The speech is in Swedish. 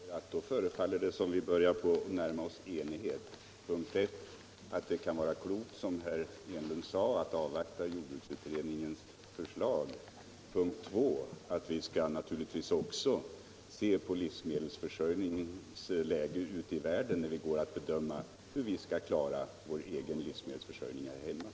Herr talman! Då förefaller det som om vi börjar närma oss enighet. För det första kan det, som herr Enlund sade, vara klokt att avvakta jordbruksutredningens förslag. För det andra skall vi naturligtvis, när vi går att bedöma hur vi skall klara vår egen livsmedelsförsörjning, ta hänsyn till livsmedelsförsörjningen ute i världen.